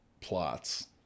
plots